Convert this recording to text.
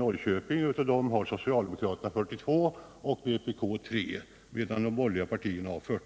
Av dessa har socialdemokraterna 42 och vpk 3 samt de borgerliga partierna 40.